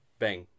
bang